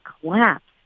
collapsed